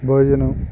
భోజనం